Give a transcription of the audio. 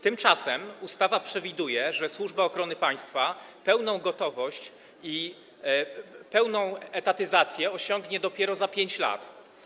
Tymczasem ustawa przewiduje, że Służba Ochrony Państwa pełną gotowość i pełną etatyzację osiągnie dopiero za 5 lat.